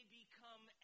become